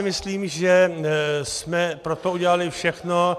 Myslím si, že jsme pro to udělali všechno.